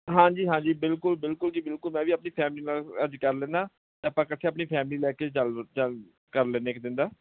ਹਾਂਜੀ ਹਾਂਜੀ ਬਿਲਕੁਲ ਬਿਲਕੁਲ ਜੀ ਬਿਲਕੁਲ ਮੈਂ ਵੀ ਆਪਣੀ ਫੈਮਲੀ ਨਾਲ ਅੱਜ ਕਰ ਲੈਂਦਾ ਆਪਾਂ ਇਕੱਠੇ ਆਪਣੀ ਫੈਮਲੀ ਲੈ ਕੇ ਚੱਲ ਚੱਲ ਕਰ ਲੈਂਦੇ ਇੱਕ ਦਿਨ ਦਾ